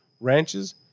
ranches